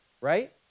right